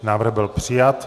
Návrh byl přijat.